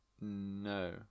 No